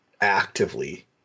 actively